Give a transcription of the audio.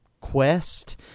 quest